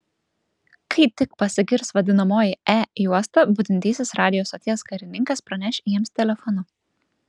kai tik pasigirs vadinamoji e juosta budintysis radijo stoties karininkas praneš jiems telefonu